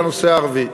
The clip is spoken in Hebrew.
לנושא הערבי.